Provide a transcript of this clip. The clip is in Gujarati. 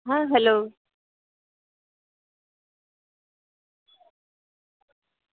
હં હેલો